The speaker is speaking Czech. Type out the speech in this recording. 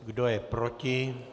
Kdo je proti?